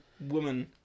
woman